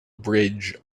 bridge